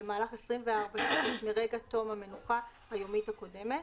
במהלך 24 שעות מרגע תום המנוחה היומית הקודמת,